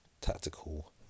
tactical